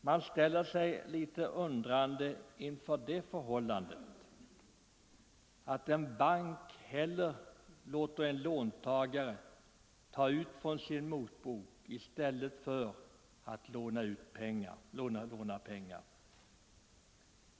Man ställer sig litet undrande inför det förhållandet att en bank föredrar att låta en låntagare ta ut från sin motbok framför att låna honom pengar.